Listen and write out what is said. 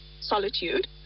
solitude